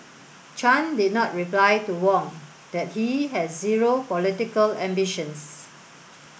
chan did not reply to Wong that he has zero political ambitions